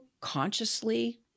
consciously